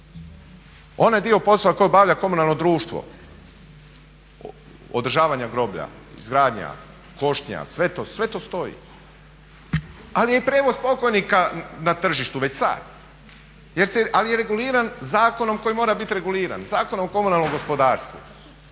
Onaj dio posla koji obavlja komunalno društvo održavanja groblja, izgradnja, košnja, sve to stoji. Ali je i prijevoz pokojnika na tržištu već sad, ali je reguliran zakonom koji mora bit reguliran Zakonom o komunalnom gospodarstvu.